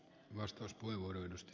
arvoisa puhemies